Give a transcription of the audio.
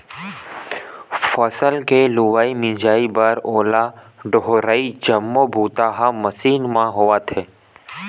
फसल के लुवई, मिजई बर अउ डोहरई जम्मो बूता ह मसीन मन म होवत हे